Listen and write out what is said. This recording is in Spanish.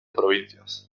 provincias